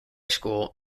school